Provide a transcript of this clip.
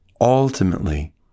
ultimately